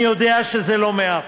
אני יודע שזה לא מאה אחוז,